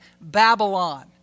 Babylon